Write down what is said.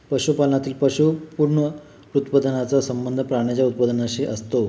पशुपालनातील पशु पुनरुत्पादनाचा संबंध प्राण्यांच्या उत्पादनाशी असतो